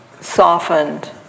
softened